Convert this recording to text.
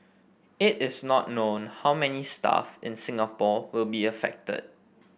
it is not known how many staff in Singapore will be affected